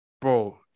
bro